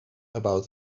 about